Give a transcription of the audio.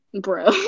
Bro